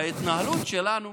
וההתנהלות שלנו,